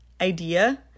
idea